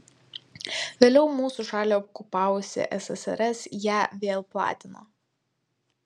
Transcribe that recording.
vėliau mūsų šalį okupavusi ssrs ją vėl platino